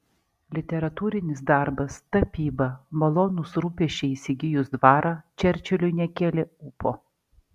literatūrinis darbas tapyba malonūs rūpesčiai įsigijus dvarą čerčiliui nekėlė ūpo